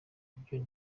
ibyo